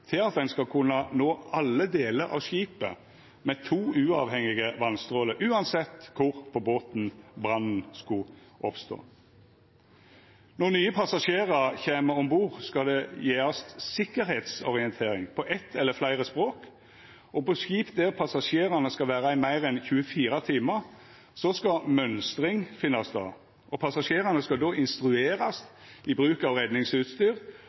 til at ein skal kunna nå alle delar av skipet med to uavhengige vasstrålar, uansett kor på båten brannen skulle oppstå. Når nye passasjerar kjem om bord, skal det gjevast sikkerheitsorientering på eitt eller fleire språk, og på skip der passasjerane skal vera i meir enn 24 timar, skal mønstring finna stad, og passasjerane skal då instruerast i bruk av redningsutstyr